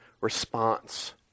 response